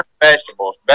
vegetables